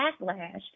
backlash